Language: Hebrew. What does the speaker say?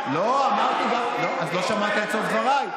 אז לא שמעת את סוף דבריי.